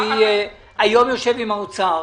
אני היום יושב עם האוצר.